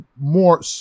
more